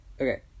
Okay